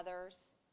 others